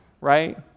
right